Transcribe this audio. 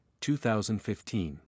2015